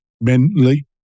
mentally